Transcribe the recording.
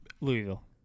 Louisville